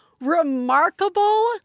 remarkable